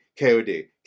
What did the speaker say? kod